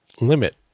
limit